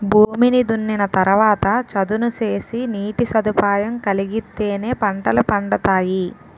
భూమిని దున్నిన తరవాత చదును సేసి నీటి సదుపాయం కలిగిత్తేనే పంటలు పండతాయి